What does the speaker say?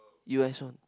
U S one